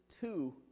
two